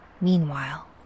Meanwhile